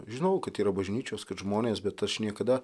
žinojau kad yra bažnyčios kad žmonės bet aš niekada